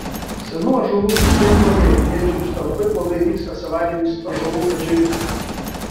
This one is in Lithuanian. senų ąžuolų būklė blogėja jie džiūsta labai blogai vyksta savaiminis ąžuolų atžėlimas